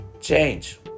Change